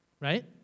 right